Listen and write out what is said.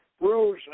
rose